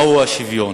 מהו השוויון